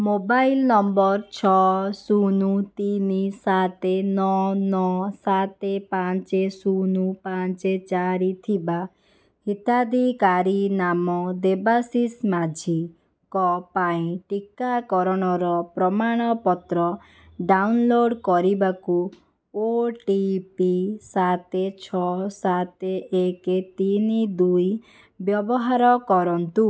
mobile number ଛଅ ଶୂନ ତିନି ସାତେ ନଅ ନଅ ସାତେ ପାଞ୍ଚେ ଶୂନ ପାଞ୍ଚେ ଚାରି ଥିବା ହିତାଧିକାରୀ ନାମ ଦେବାଶିଷ ମାଝୀଙ୍କ ପାଇଁ ଟିକାକରଣର ପ୍ରମାଣପତ୍ର ଡାଉନ୍ଲୋଡ଼୍ କରିବାକୁ ଓ ଟି ପି ସାତେ ଛଅ ସାତେ ଏକେ ତିନି ଦୁଇ ବ୍ୟବହାର କରନ୍ତୁ